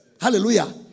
Hallelujah